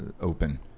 open